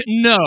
no